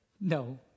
no